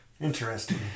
interesting